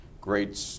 great